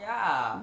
ya